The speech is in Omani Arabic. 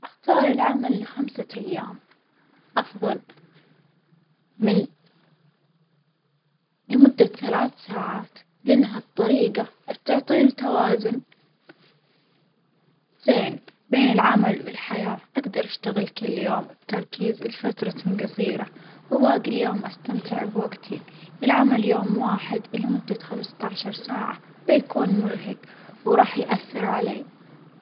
أختار العمل لخمسة أيام أفظل من لمدة ثلاث ساعات، لأن هالطريجة بتعطيني توازن زين بين العمل والحياة، أجدر أشتغل كل يوم بتركيز لفترة جصيرة وباجي اليوم أستمتع بوجتي، العمل يوم واحد لمدة خمسة عشر ساعة بيكون مرهج وراح يأثر علي.